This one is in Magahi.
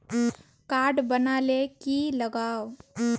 कार्ड बना ले की लगाव?